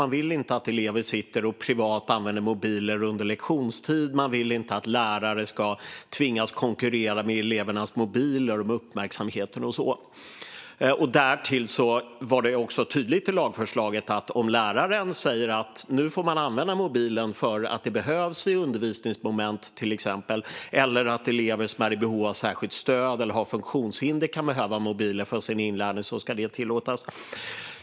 Man vill inte att elever sitter och använder mobiler privat under lektionstid. Man vill inte att lärare ska tvingas konkurrera med elevernas mobiler om uppmärksamheten och så vidare. Därtill var det också tydligt i lagförslaget att om läraren säger att man får använda mobilen för att det behövs i till exempel undervisningsmoment, eller om elever som är i behov av särskilt stöd eller har funktionshinder kan behöva mobilen för sin inlärning, ska det tillåtas.